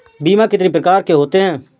बीमा कितनी प्रकार के होते हैं?